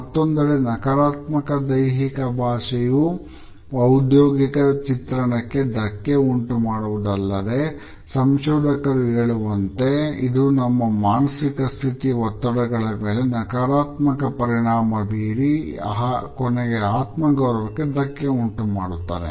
ಮತ್ತೊಂದೆಡೆ ನಕಾರಾತ್ಮಕ ದೈಹಿಕ ಭಾಷೆಯು ಉದ್ಯೋಗಿಕ ಚಿತ್ರಣಕ್ಕೆ ಧಕ್ಕೆ ಉಂಟುಮಾಡುವುದಲ್ಲದೆ ಸಂಶೋಧಕರು ಹೇಳುವಂತೆ ಇದು ನಮ್ಮ ಮಾನಸಿಕ ಸ್ಥಿತಿ ಒತ್ತಡಗಳ ಮೇಲೆ ನಕಾರಾತ್ಮಕ ಪರಿಣಾಮ ಬೀರಿ ಕೊನೆಗೆ ಆತ್ಮಗೌರವಕ್ಕೆ ಧಕ್ಕೆ ಉಂಟುಮಾಡುತ್ತದೆ